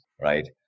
right